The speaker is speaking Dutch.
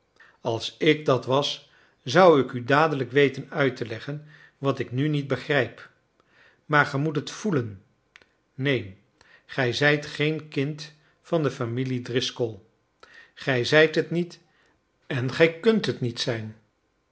als ik dat was zou ik u dadelijk weten uit te leggen wat ik nu niet begrijp maar ge moet het voelen neen gij zijt geen kind van de familie driscoll gij zijt het niet en gij kunt het niet zijn